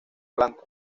planta